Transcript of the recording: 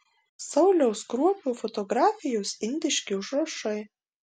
sauliaus kruopio fotografijos indiški užrašai